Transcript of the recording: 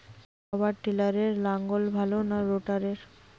পাওয়ার টিলারে লাঙ্গল ভালো না রোটারের?